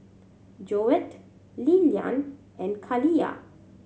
Joette Lilyan and Kaliyah